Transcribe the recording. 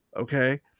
okay